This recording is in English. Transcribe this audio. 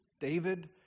David